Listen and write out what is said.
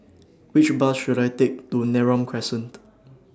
Which Bus should I Take to Neram Crescent